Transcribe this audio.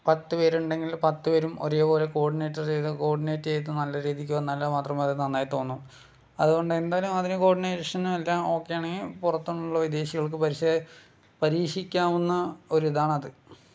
പത്ത് പേരുണ്ടെങ്കിൽ പത്ത് പേരും ഒരേപോലെ കോർഡിനേറ്റർ ചെയ്ത് കോർഡിനേറ്റ് ചെയ്ത് നല്ല രീതിക്ക് വന്നാൽ മാത്രമേ അത് നന്നായി തോന്നു അതുകൊണ്ട് എന്തായാലും അതിന് കോർഡിനേഷൻ എല്ലാം ഓക്കെയാണ് പുറത്തുള്ള വിദേശികൾക്ക് പക്ഷെ പരീക്ഷിക്കാവുന്ന ഒരിതാണ് അത്